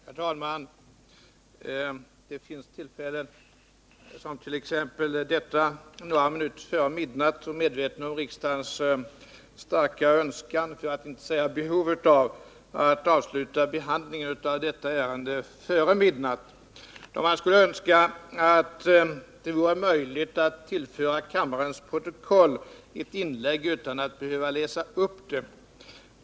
Herr talman! Det finns tillfällen — som t.ex. detta, några minuter före midnatt, då vi är medvetna om riksdagens starka önskan för att inte säga behov av att avsluta behandlingen av detta ärende före midnatt — när man skulle önska att det vore möjligt att tillföra kammarens protokoll ett inlägg utan att behöva läsa upp det.